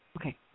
Okay